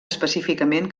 específicament